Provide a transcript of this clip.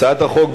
בעצם, הצעת חוק,